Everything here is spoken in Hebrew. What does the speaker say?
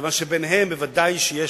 כיוון שביניהם ודאי שיש,